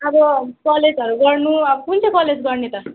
अब कलेजहरू गर्नु अब कुन चाहिँ कलेज गर्ने त